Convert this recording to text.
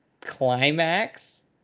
climax